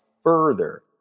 further